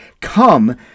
come